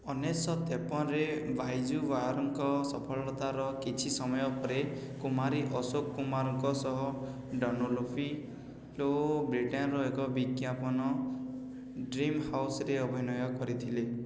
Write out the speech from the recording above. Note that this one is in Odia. ଉଣେଇଶହ ତେପନରେ ବାଇଜୁ ବାୱରାଙ୍କ ସଫଳତାର କିଛି ସମୟ ପରେ କୁମାରୀ ଅଶୋକ କୁମାରଙ୍କ ସହ ଡନଲୋପିଲୋ ବ୍ରିଟେନର ଏକ ବିଜ୍ଞାପନ ଡ୍ରିମ୍ ହାଉସ୍ରେ ଅଭିନୟ କରିଥିଲେ